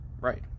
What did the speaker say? right